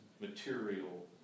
material